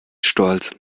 stolz